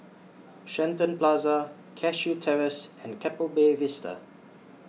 Shenton Plaza Cashew Terrace and Keppel Bay Vista